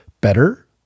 better